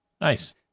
Nice